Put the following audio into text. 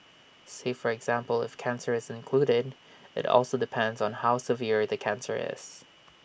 say for example if cancer is included IT also depends on how severe the cancer is